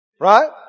Right